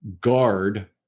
guard